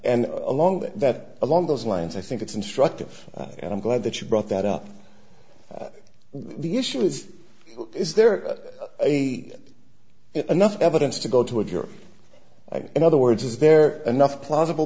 and along that along those lines i think it's instructive and i'm glad that you brought that up the issue is is there a enough evidence to go to if you're in other words is there enough plausible